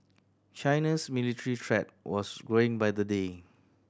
China's military threat was growing by the day